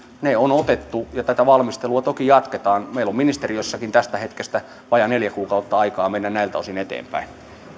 ne on otettu ja tätä valmistelua toki jatketaan meillä on ministeriössäkin tästä hetkestä vajaa neljä kuukautta aikaa mennä näiltä osin eteenpäin